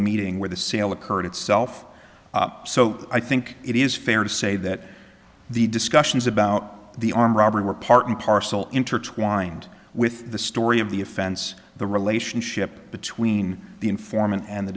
meeting where the sale occurred itself so i think it is fair to say that the discussions about the armed robbery were part and parcel intertwined with the story of the offense the relationship between the informant and the